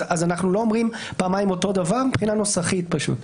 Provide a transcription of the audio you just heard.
אז אנחנו לא אומרים פעמיים אותו דבר מבחינה נוסחית פשוט?